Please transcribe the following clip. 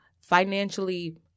financially